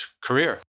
career